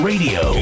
Radio